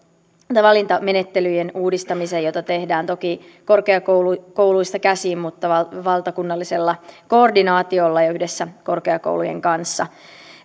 valintamenettelyjen uudistamiseen jota tehdään toki korkeakouluista käsin mutta valtakunnallisella koordinaatiolla ja yhdessä korkeakoulujen kanssa